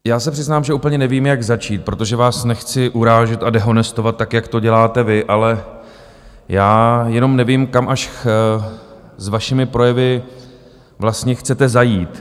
Já se přiznám, že úplně nevím, jak začít, protože vás nechci urážet a dehonestovat, tak jak to děláte vy, ale já jenom nevím, kam až se svými projevy vlastně chcete zajít.